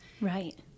Right